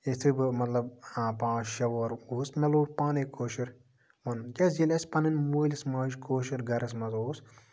یِتھٕے پٲٹھۍ مطلب پانٛژھ شیٚے وُہر اوس مےٚ لوگ پانٕے کٲشُر کرُن کیازِ ییٚلہِ أسۍ پَنٕنۍ مٲلِس ماجہِ کٲشُر گرَس منٛز اوس